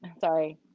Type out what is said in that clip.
Sorry